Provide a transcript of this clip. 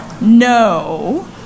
No